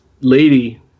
lady